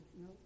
no